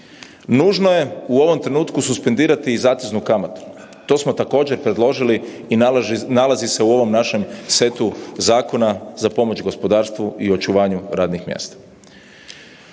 Nužno je u ovom trenutku suspendirati i zateznu kamatu, to smo također predložili i nalazi se u ovom našem setu zakona za pomoć gospodarstvu i očuvanju radnih mjesta.